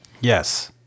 Yes